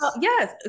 Yes